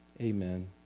amen